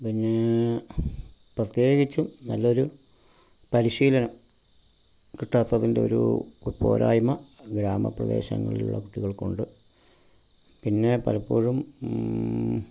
പിന്നേ പ്രത്യേകിച്ചും നല്ലൊരു പരിശീലനം കിട്ടാത്തത്തിന്റെ ഒരൂ ഒര് പോരായ്മ ഗ്രാമ പ്രദേശങ്ങളിലുള്ള കുട്ടികൾക്കുണ്ട് പിന്നേ പലപ്പോഴും